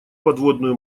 подводную